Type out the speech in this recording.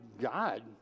God